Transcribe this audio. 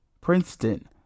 Princeton